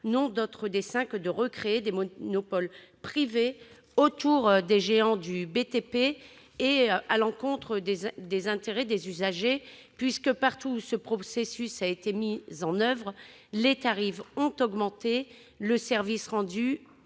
n'ont d'autre dessein que de recréer des monopoles privés autour des géants du BTP, au détriment des intérêts des usagers. En effet, partout où ce processus a été mis en oeuvre, les tarifs ont augmenté et le service rendu